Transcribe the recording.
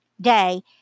day